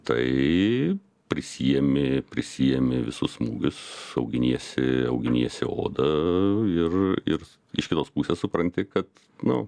tai prisiimi prisiimi visus smūgius auginiesi auginiesi odą ir ir iš kitos pusės supranti kad nu